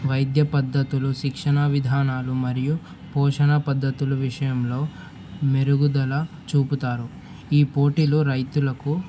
వైద్య పద్ధతులు శిక్షణ విధానాలు మరియు పోషణ పద్ధతులు విషయంలో మెరుగుదల చూపుతారు ఈ పోటీలు రైతులకు